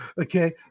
Okay